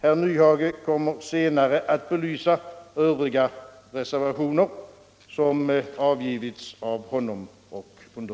Herr Nyhage kommer senare att belysa övriga reservationer som avgivits av honom och mig.